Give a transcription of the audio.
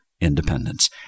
independence